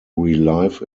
relive